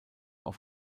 auf